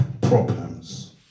problems